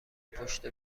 پشت